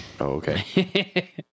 okay